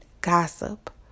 gossip